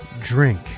Drink